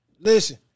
Listen